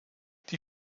die